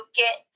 get